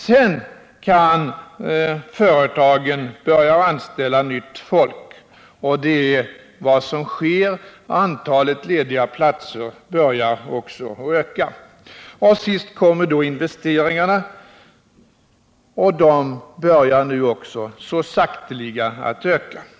Sedan kan företagen börja anställa nytt folk, och det är vad som sker. Antalet lediga platser börjar nu att öka. Sist kommer så investeringarna. De börjar nu också så sakteliga att öka.